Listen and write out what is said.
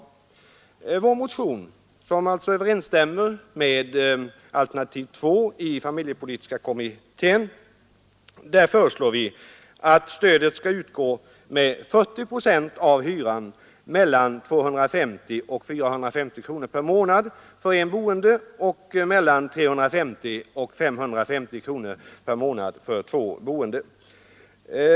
I vår motion — som alltså överensstämmer med alternativ 2 i familjepolitiska kommitténs betänkande — föreslås att stödet skall utgå med 40 procent av hyran mellan 250 och 450 kronor per månad för en boende och mellan 350 och 550 kronor per månad för två boende.